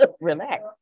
Relax